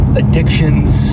addictions